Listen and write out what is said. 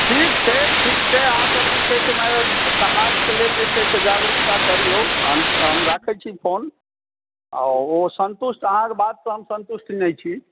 ठीक छै ठीक छै अहाँ सब जे छै समाजकेँ लेल जे छै से जागरूकता करियौ हम राखैत छी फोन आ ओ संतुष्ट अहाँकऽ बातसँ हम संतुष्ट नहि छी